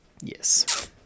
yes